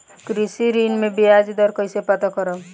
कृषि ऋण में बयाज दर कइसे पता करब?